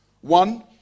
One